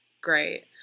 Great